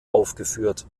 aufgeführt